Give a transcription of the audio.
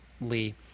Lee